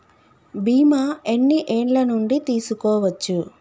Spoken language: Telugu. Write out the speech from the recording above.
బీమా ఎన్ని ఏండ్ల నుండి తీసుకోవచ్చు?